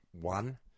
One